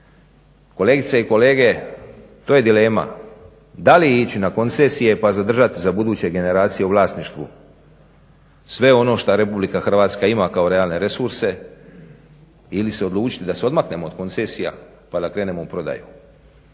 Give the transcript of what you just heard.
Kolegice i kolege, to je dilema da li ići na koncesije pa zadržati za buduće generacije u vlasništvu sve ono šta Republika Hrvatska ima kao realne resurse, ili se odlučiti da se odmaknemo od koncesija pa da krenemo u prodaju.